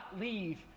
leave